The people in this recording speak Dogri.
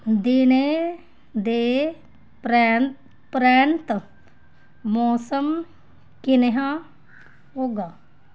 दिने दे परैंत्त मौसम कनेहा होगा